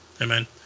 Amen